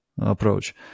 approach